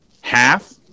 Half